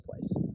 place